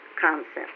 concept